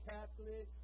Catholic